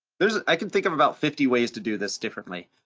there's, i can think of about fifty ways to do this differently.